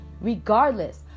regardless